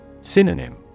Synonym